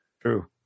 True